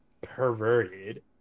perverted